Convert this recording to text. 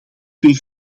twee